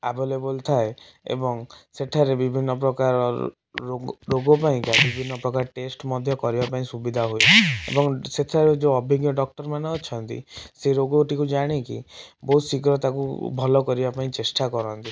available ଥାଏ ଏବଂ ସେଠାରେ ବିଭିନ୍ନ ପ୍ରକାର ରୋଗ ପାଇଁକା ବିଭିନ୍ନ ପ୍ରକାର ଟେଷ୍ଟ ମଧ୍ୟ କରିବାପାଇଁ ସୁବିଧା ହୁଏ ଏବଂ ସେଠାରେ ଯେଉଁ ଅଭିଜ୍ଞ ଡକ୍ଟରମାନେ ଅଛନ୍ତି ସେ ରୋଗଟିକୁ ଜାଣିକି ବହୁତ ଶୀଘ୍ର ତାକୁ ଭଲ କରିବା ପାଇଁ ଚେଷ୍ଟା କରନ୍ତି